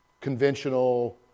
conventional